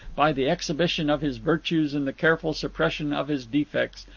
by the exhibition of his virtues and the careful suppression of his defects,